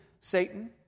Satan